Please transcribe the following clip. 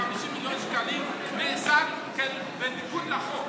ב-50 מיליון שקלים נעשית בניגוד לחוק.